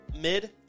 mid